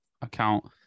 account